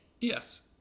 Yes